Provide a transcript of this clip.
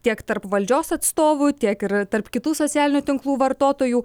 tiek tarp valdžios atstovų tiek ir tarp kitų socialinių tinklų vartotojų